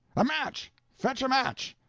a match! fetch a match!